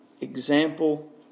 example